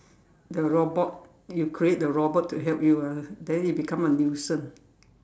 the robot you create the robot to help you ah then it become a nuisance